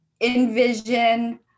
envision